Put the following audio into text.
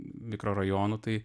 mikrorajonų tai